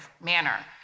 manner